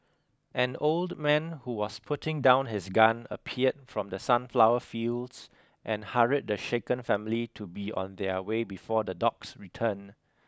an old man who was putting down his gun appeared from the sunflower fields and hurried the shaken family to be on their way before the dogs return